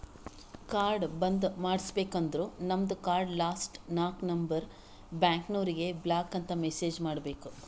card ಬಂದ್ ಮಾಡುಸ್ಬೇಕ ಅಂದುರ್ ನಮ್ದು ಕಾರ್ಡ್ ಲಾಸ್ಟ್ ನಾಕ್ ನಂಬರ್ ಬ್ಯಾಂಕ್ನವರಿಗ್ ಬ್ಲಾಕ್ ಅಂತ್ ಮೆಸೇಜ್ ಮಾಡ್ಬೇಕ್